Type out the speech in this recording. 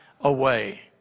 away